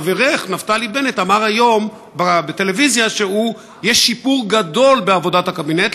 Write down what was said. חברך נפתלי בנט אמר היום בטלוויזיה שיש שיפור גדול בעבודת הקבינט.